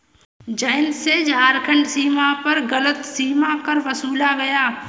जयंत से झारखंड सीमा पर गलत सीमा कर वसूला गया